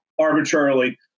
arbitrarily